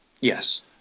Yes